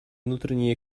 внутренней